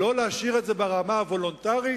לא להשאיר את זה ברמה הוולונטרית?